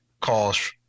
calls